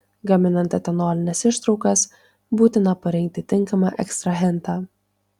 gaminant etanolines ištraukas būtina parinkti tinkamą ekstrahentą